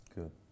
Good